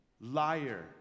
liar